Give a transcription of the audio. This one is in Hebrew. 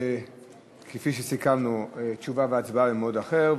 וכפי שסיכמנו, תשובה והצבעה במועד אחר.